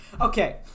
Okay